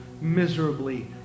miserably